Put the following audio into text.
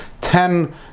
ten